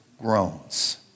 groans